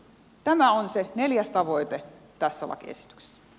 tämä on se neljäs tavoite tässä lakiesityksessä